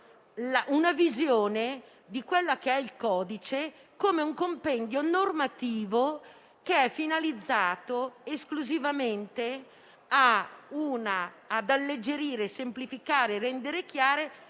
una visione del codice come di un compendio normativo finalizzato esclusivamente ad alleggerire, semplificare e rendere chiare